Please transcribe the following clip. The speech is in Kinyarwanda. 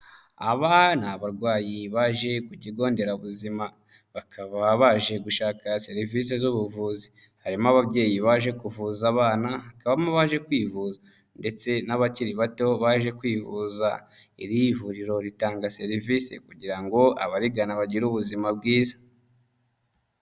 Aba ni abarwayi baje ku kigo nderabuzima, bakaba baje gushaka serivisi z'ubuvuzi, harimo ababyeyi baje kuvuza abana, hakabamo abaje kwivuza ndetse n'abakiri bato baje kwivuza, iri vuriro ritanga serivisi kugira ngo abarigana bagire ubuzima bwiza.